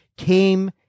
came